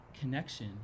connection